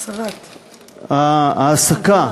ההעסקה